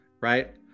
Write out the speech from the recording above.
right